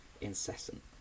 incessant